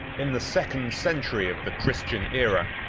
in the second century of the christian aera,